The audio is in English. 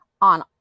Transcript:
on